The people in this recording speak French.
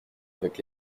avec